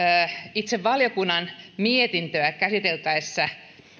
itse valiokunnan mietintöä käsiteltäessä